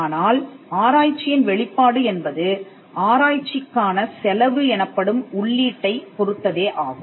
ஆனால் ஆராய்ச்சியின் வெளிப்பாடு என்பது ஆராய்ச்சிக்கான செலவு எனப்படும் உள்ளீட்டைப் பொறுத்ததே ஆகும்